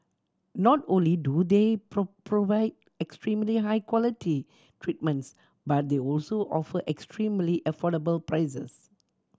not only do they provide extremely high quality treatments but they also offer extremely affordable prices